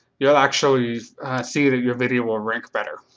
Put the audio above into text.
you'll actually see that your video will rank better.